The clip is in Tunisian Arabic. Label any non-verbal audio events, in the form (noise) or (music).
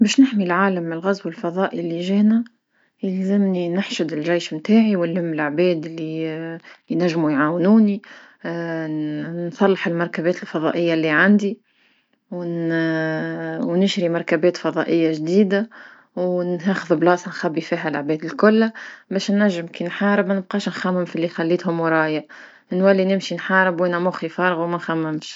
باش نحمي العالم من الغزو الفضائي اللي جانا يلزمني نحشد الجيش نتاعي ونلم العباد اللي (hesitation) ينجمو يعاونوني، (hesitation) نصلح المركبات الفضائية اللي عندي (hesitation) ونشري مركبات فضائية جديدة. وناخذ بلاصة نخبي فيها العباد الكل ماش نجم كي نحارب ما نبقاش نخمم فاللي خليتهم ورايا، نولي نمشي نحارب وانا موخي فارغة ما نخممش.